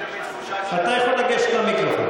יש לי תמיד תחושה, אתה יכול לגשת למיקרופון.